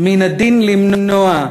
"מן הדין למנוע.